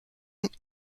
and